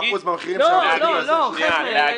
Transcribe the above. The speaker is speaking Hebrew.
מה, 20% מהמחירים --- לא, חבר'ה.